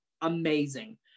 amazing